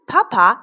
Papa